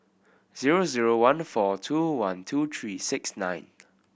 zero zero one four two one two three six nine